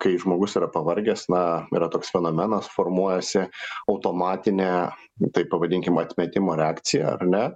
kai žmogus yra pavargęs na yra toks fenomenas formuojasi automatinė taip pavadinkim atmetimo reakcija ar ne